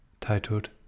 titled